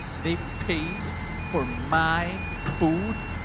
they paid for my food?